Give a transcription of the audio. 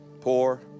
poor